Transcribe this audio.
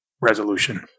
resolution